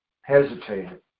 hesitated